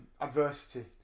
adversity